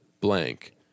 blank